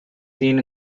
seen